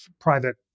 private